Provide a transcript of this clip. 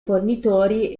fornitori